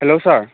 hello sir